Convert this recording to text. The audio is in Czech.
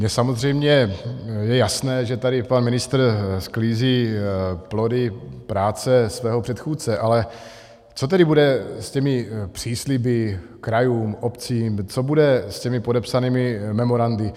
Mně samozřejmě je jasné, že tady pan ministr sklízí plody práce svého předchůdce, ale co tedy bude s těmi přísliby krajům, obcím, co bude s těmi podepsanými memorandy?